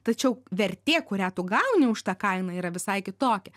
tačiau vertė kurią tu gauni už tą kainą yra visai kitokia